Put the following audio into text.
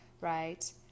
right